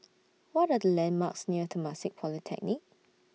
What Are The landmarks near Temasek Polytechnic